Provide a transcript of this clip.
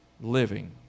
living